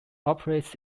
operates